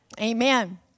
Amen